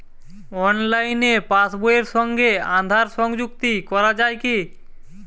অনলাইনে পাশ বইয়ের সঙ্গে আধার সংযুক্তি করা যায় কি?